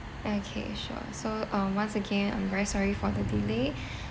okay sure so um once again I'm very sorry for the delay